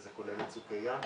וזה כולל את צוקי ים,